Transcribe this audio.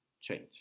change